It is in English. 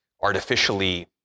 artificially